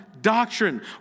doctrine